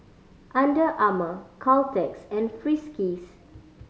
Under Armour Caltex and Friskies